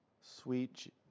Sweet